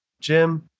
Jim